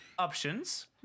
options